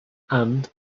and